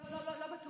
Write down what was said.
לא, לא, לא בטוחה.